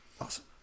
Awesome